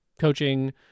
coaching